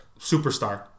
superstar